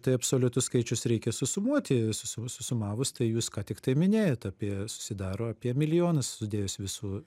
tai absoliutus skaičius reikia susumuoti susu susumavus tai jūs ką tiktai minėjot apie susidaro apie milijonas sudėjus visų